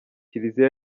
kiliziya